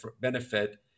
benefit